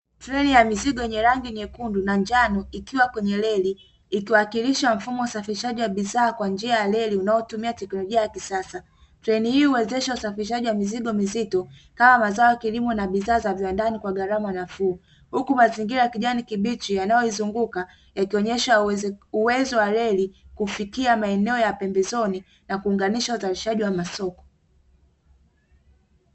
Treni ya mizigo yenye rangi nyekundu na njano ikiwa kwenye reli ikiwakilisha mfumo wa usafirishaji wa bidhaa kwa njia ya reli unaotumia teknolojia ya kisasa, treni hii huwezesha usafirishaji wa mizigo mizito kama mazao ya kilimo na vidhaa vya viwandani kwa gharama nafuu. Huku mazingira ya kijani kibichi yanayo izunguka ikionesha uwezo wa reli kufikia maeneo ya pembezoni na unganisha uzalishaji wa masoko.